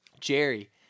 Jerry